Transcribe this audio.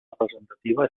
representativa